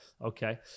Okay